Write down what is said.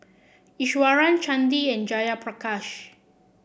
Iswaran Chandi and Jayaprakash